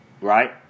right